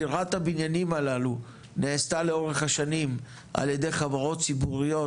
מכירת הבניינים הללו נעשתה לאורך השנים על ידי חברות ציבוריות,